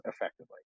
effectively